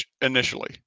Initially